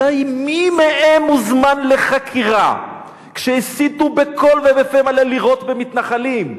מתי מי מהם הוזמן לחקירה כשהסיתו בקול ובפה מלא לירות במתנחלים?